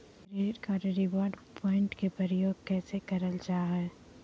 Credit card reward point के प्रयोग कैसे करल जा है?